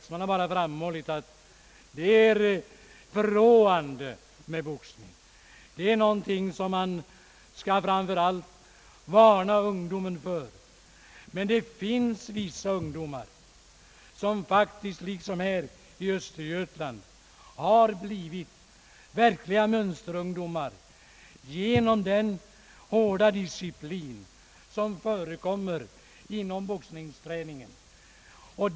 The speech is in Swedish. I stället har andra framhållit att boxning är förråande, och någonting som man framför allt skall varna ungdomen för. Det finns dock ungdomar som faktiskt, liksom här i Östergötland, har blivit mönsterungdomar genom den hårda diciplin som förekommer vid boxningsträningen.